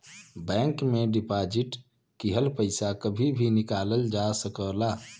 bank में deposit किहल पइसा कभी भी निकालल जा सकला